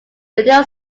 radio